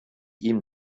ihm